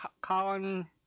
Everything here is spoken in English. Colin